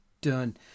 done